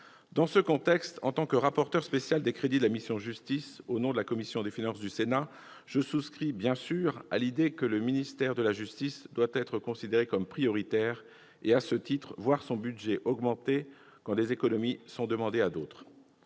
Dans ce contexte, en tant que rapporteur spécial des crédits de la mission « Justice », je souscris bien sûr à l'idée que le ministère de la justice doit être considéré comme prioritaire et, à ce titre, voir son budget augmenter quand des économies sont demandées à d'autres.